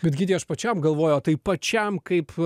bet gyti aš pačiam galvoju o tai pačiam kaip